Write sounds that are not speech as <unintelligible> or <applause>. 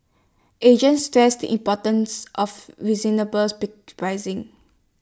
agents stress the importance of <unintelligible> pricing